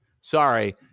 Sorry